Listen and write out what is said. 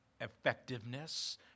effectiveness